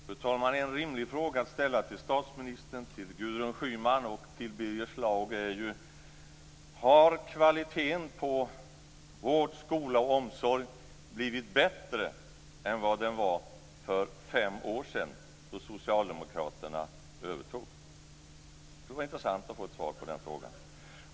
Fru talman! En rimlig fråga att ställa till statsministern, till Gudrun Schyman och till Birger Schlaug är om kvaliteten på vård, skola och omsorg har blivit bättre än vad den var för fem år sedan, då Socialdemokraterna tog över. Det skulle vara intressant att få ett svar på den frågan.